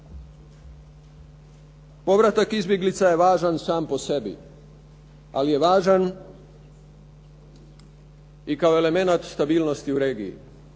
povratak izbjeglica je važan sam po sebi, ali je važan i kao elemenat stabilnosti u regiji.